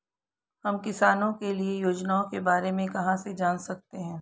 हम किसानों के लिए योजनाओं के बारे में कहाँ से जान सकते हैं?